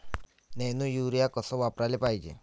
Nano urea कस वापराले पायजे?